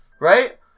right